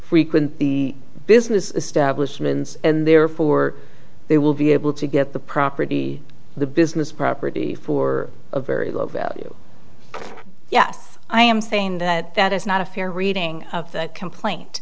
frequent the business establishment and therefore they will be able to get the property the business property for a very low value yes i am saying that that is not a fair reading of the complaint